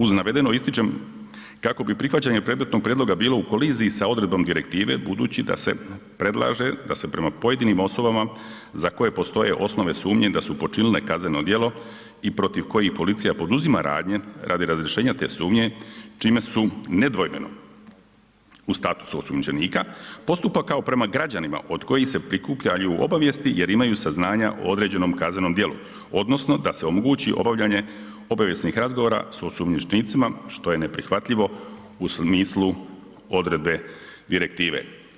Uz navedeno ističem kako bi prihvaćanje predmetnom prijedloga bilo u koliziji sa odredbom direktive budući da se predlaže da se prema pojedinim osobama za koje postoje osnove sumnje da su počinile kazneno djelo i protiv kojih policija poduzima radnje radi razrješenja te sumnje čime su nedvojbeno u statusu osumnjičenika postupa kao prema građanima od kojih se prikupljaju obavijesti jer imaju saznanja o određenom kaznenom djelu odnosno da se omogući obavljanje obavijesnih razgovora s osumnjičenicima što je neprihvatljivo u smislu odredbe direktive.